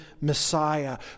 Messiah